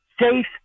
safe